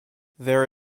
there